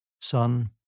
Son